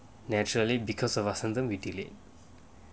naturally because of vasantham we delayed